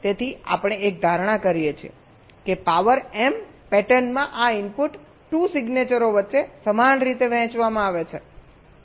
તેથી આપણે એક ધારણા કરીએ છીએ કે પાવર એમ પેટર્નમાં આ ઇનપુટ 2 સિગ્નેચરો વચ્ચે સમાન રીતે વહેંચવામાં આવે છે